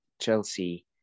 Chelsea